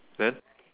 then